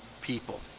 people